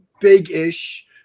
big-ish